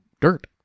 dirt